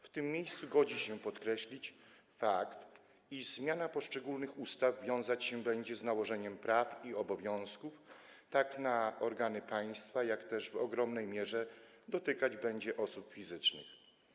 W tym miejscu godzi się podkreślić fakt, iż zmiana poszczególnych ustaw wiązać się będzie z nałożeniem praw i obowiązków na organy państwa, jak też w ogromnej mierze dotyczyć będzie osób fizycznych.